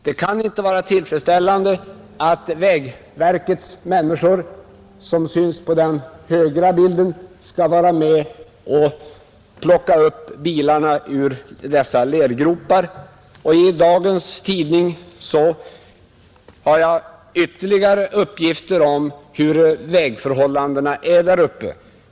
Det kan inte vara tillfredsställande att vägverkets människor, som syns till höger på bilden, skall vara med och plocka upp bilarna ur lergropar, I dagens tidning har jag sett ytterligare uppgifter om hur vägförhållandena är där uppe.